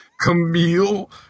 Camille